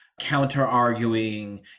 counter-arguing